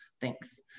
Thanks